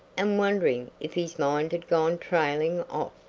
and wondering if his mind had gone trailing off.